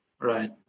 right